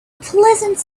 pleasant